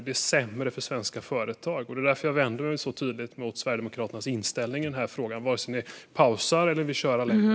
Det blir sämre för svenska företag. Det är därför jag vänder mig så tydligt mot Sverigedemokraternas inställning i denna fråga - oavsett om ni pausar eller vill köra längre fram.